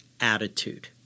attitude